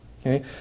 okay